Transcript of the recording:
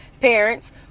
parents